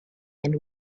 and